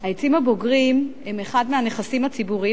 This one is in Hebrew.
העצים הבוגרים הם אחד מהנכסים הציבוריים